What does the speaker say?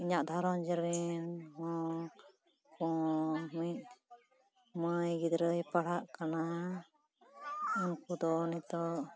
ᱤᱧᱟᱹᱜ ᱜᱷᱟᱨᱚᱸᱡᱽ ᱨᱮᱱ ᱦᱚᱸ ᱠᱚ ᱢᱤᱫ ᱢᱟᱹᱭ ᱜᱤᱫᱽᱨᱟᱹᱭ ᱯᱟᱲᱦᱟᱜ ᱠᱟᱱᱟ ᱩᱱᱠᱩ ᱫᱚ ᱱᱤᱛᱳᱜ